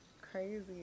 crazy